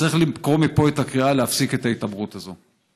וצריך לקרוא מפה את הקריאה להפסיק את ההתעמרות הזאת.